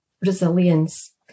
resilience